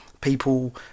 people